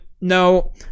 no